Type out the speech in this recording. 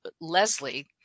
Leslie